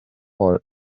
old